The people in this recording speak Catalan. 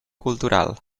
cultural